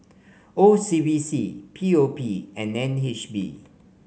O C B C P O P and N H B